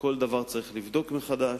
כל דבר צריך לבדוק מחדש,